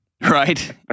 Right